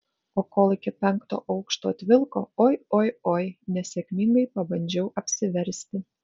o kol iki penkto aukšto atvilko oi oi oi nesėkmingai pabandžiau apsiversti